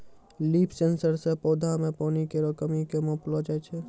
leaf sensor सें पौधा म पानी केरो कमी क मापलो जाय छै